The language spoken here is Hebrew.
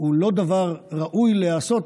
הוא לא דבר שראוי להיעשות